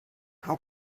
how